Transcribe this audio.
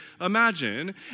imagine